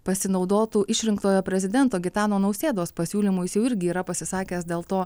pasinaudotų išrinktojo prezidento gitano nausėdos pasiūlymu jis jau irgi yra pasisakęs dėl to